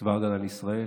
צבא ההגנה לישראל